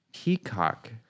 Peacock